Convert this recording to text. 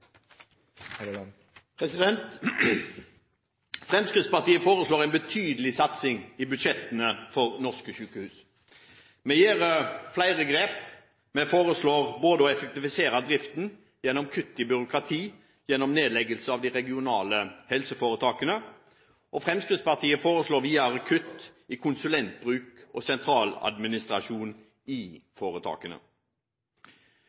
fra. Fremskrittspartiet foreslår i budsjettene en betydelig satsing på norske sykehus. Vi gjør flere grep. Vi foreslår både å effektivisere driften gjennom kutt i byråkrati ved nedleggelse av de regionale helseforetakene, og vi foreslår kutt i konsulentbruk og sentral administrasjon i